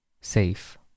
Safe